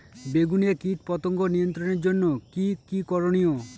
বেগুনে কীটপতঙ্গ নিয়ন্ত্রণের জন্য কি কী করনীয়?